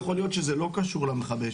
יכול להיות שזה לא קשור למכבי האש,